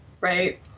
right